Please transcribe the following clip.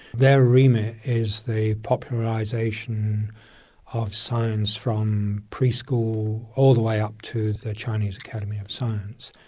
their remit is the popularisation of science from preschool all the way up to the chinese academy of science.